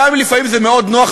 שמסיתים לגזענות,